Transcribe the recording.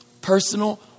Personal